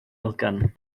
elgan